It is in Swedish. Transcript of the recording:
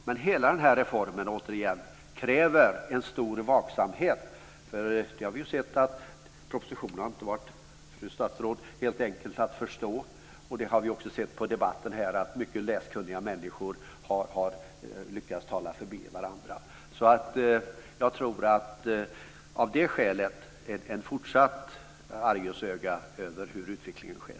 Men hela den här reformen, återigen, kräver en stor vaksamhet. Vi har ju sett att propositionen, fru statsråd, inte har varit helt enkel att förstå. Vi har också sett i debatten här att mycket läskunniga människor har lyckats tala förbi varandra. Av det skälet tror jag att det fortsatt ska vara ett argusöga över hur utvecklingen sker.